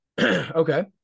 Okay